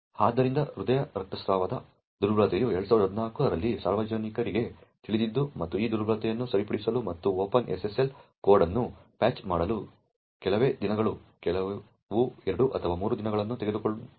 ಆದ್ದರಿಂದ ಹೃದಯ ರಕ್ತಸ್ರಾವದ ದುರ್ಬಲತೆಯು 2014 ರಲ್ಲಿ ಸಾರ್ವಜನಿಕರಿಗೆ ತಿಳಿದಿತ್ತು ಮತ್ತು ಈ ದುರ್ಬಲತೆಯನ್ನು ಸರಿಪಡಿಸಲು ಮತ್ತು ಓಪನ್ SSL ಕೋಡ್ ಅನ್ನು ಪ್ಯಾಚ್ ಮಾಡಲು ಕೆಲವೇ ದಿನಗಳು ಕೆಲವು 2 ಅಥವಾ 3 ದಿನಗಳನ್ನು ತೆಗೆದುಕೊಂಡಿತು